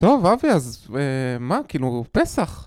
טוב אבי אז מה כאילו פסח